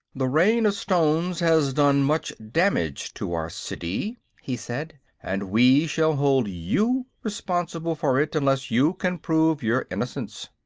the rain of stones has done much damage to our city, he said and we shall hold you responsible for it unless you can prove your innocence.